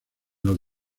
los